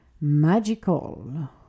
magical